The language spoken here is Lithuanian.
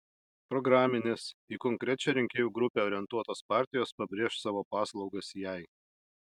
programinės į konkrečią rinkėjų grupę orientuotos partijos pabrėš savo paslaugas jai